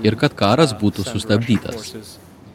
ir kad karas būtų sustabdytas